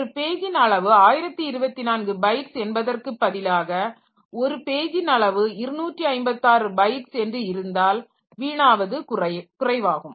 ஒரு பேஜின் அளவு 1024 பைட்ஸ் என்பதற்கு பதிலாக ஒரு பேஜின் அளவு 256 பைட்ஸ் என்று இருந்தால் வீணாவது குறைவாகும்